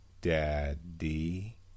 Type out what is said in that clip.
daddy